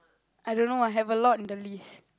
I don't know I have a lot in the list